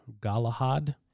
Galahad